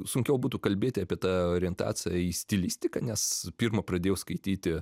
sunkiau būtų kalbėti apie tą orientaciją į stilistiką nes pirma pradėjau skaityti